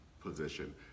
position